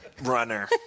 runner